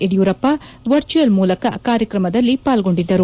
Yediyurappa virtual ಮೂಲಕ ಕಾರ್ಯಕ್ರಮದಲ್ಲಿ ಪಾಲ್ಗೊಂಡಿದ್ದರು